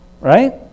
Right